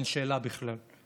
אין שאלה בכלל.